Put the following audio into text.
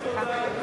איזו הודעה?